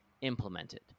implemented